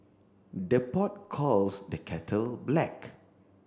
the pot calls the kettle black